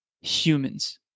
humans